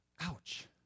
Ouch